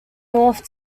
north